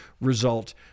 result